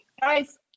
guys